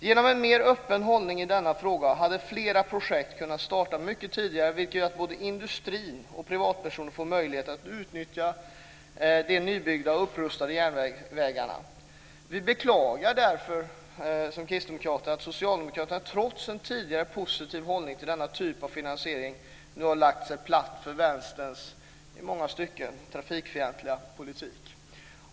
Genom en mer öppen hållning i denna fråga hade flera projekt kunnat starta mycket tidigare, vilket hade gjort att både industrin och privatpersoner hade fått möjligheter att utnyttja de nybyggda och upprustade järnvägarna. Kristdemokraterna beklagar därför att socialdemokraterna trots en tidigare positiv inställning till denna typ av finansiering nu har lagt sig platt för Vänsterns i många stycken trafikfientliga politik.